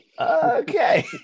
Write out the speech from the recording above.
okay